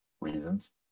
reasons